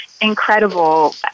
incredible